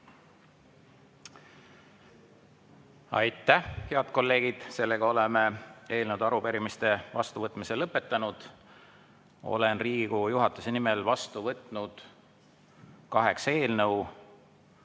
Aitäh, head kolleegid! Sellega oleme eelnõude ja arupärimiste vastuvõtmise lõpetanud. Olen Riigikogu juhatuse nimel vastu võtnud kaheksa eelnõu.